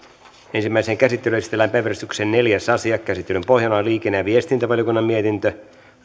ensimmäiseen käsittelyyn esitellään päiväjärjestyksen neljäs asia käsittelyn pohjana on liikenne ja viestintävaliokunnan mietintö